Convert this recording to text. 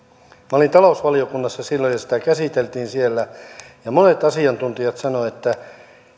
olin talousvaliokunnassa silloin ja sitä käsiteltiin siellä monet asiantuntijat sanoivat että